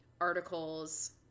articles